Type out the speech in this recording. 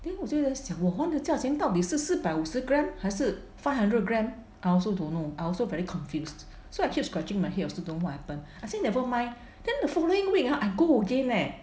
then 我觉得是讲我还的价钱到底是四百五十 gram 还是 five hundred gram I also don't know I also very confused so actually scratching my head also don't know what happened I say never mind then the following week I go again leh